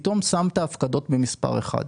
ופתאום שמת הפקדות במספר אחר,